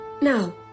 Now